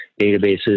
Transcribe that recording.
databases